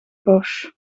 porsche